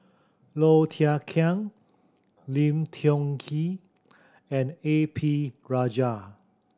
Low Thia Khiang Lim Tiong Ghee and A P Rajah